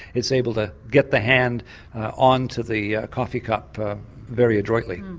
it's able to get the hand on to the coffee cup very adroitly.